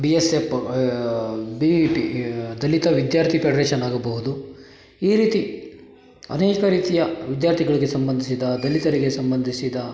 B S F B E T ದಲಿತ ವಿದ್ಯಾರ್ಥಿ federation ಆಗಬಹುದು ಈ ರೀತಿ ಅನೇಕ ರೀತಿಯ ವಿದ್ಯಾರ್ಥಿಗಳಿಗೆ ಸಂಬಂಧಿಸಿದ ದಲಿತರಿಗೆ ಸಂಬಂಧಿಸಿದ